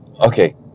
okay